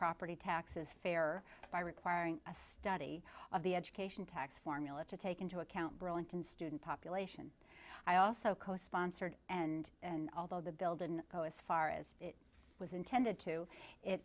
property taxes fairer by requiring a study of the education tax formula to take into account burlington student population i also co sponsored and and although the bill didn't go as far as it was intended to it